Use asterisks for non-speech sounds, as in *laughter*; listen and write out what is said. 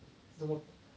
so what *breath*